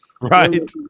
Right